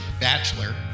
bachelor